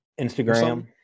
instagram